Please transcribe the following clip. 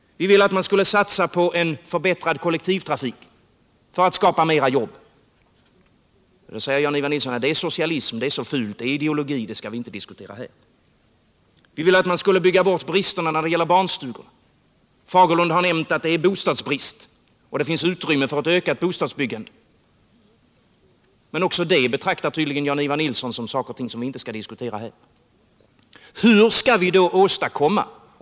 Vi vill att man skall satsa på en förbättrad kollektivtrafik för att skapa flera jobb, men då säger Jan-Ivan Nilsson att det är socialism och att det är fult och att det är ideologi och att vi inte skall diskutera det här. Vi vill att man skall bygga bort bristen på barnstugor — Bengt Fagerlund har nämnt att det råder bostadsbrist och att det finns utrymme för ett ökat bostadsbyggande — men också det betraktar tydligen Jan-Ivan Nilsson som saker och ting som vi inte skall diskutera här. Hur skall vi då åstadkomma någonting?